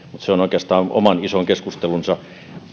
se on oikeastaan oman ison keskustelunsa